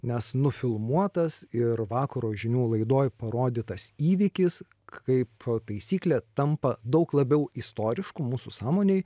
nes nufilmuotas ir vakaro žinių laidoj parodytas įvykis kaip taisyklė tampa daug labiau istorišku mūsų sąmonėj